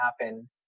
happen